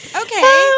okay